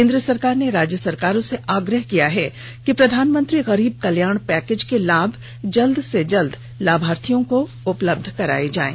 केंद्र सरकार ने राज्य सरकारों से आग्रह किया है कि प्रधानमंत्री गरीब कल्याण पैकेज के लाभ जल्द से जल्द लाभार्थियों को उपलब्ध कराए जाएं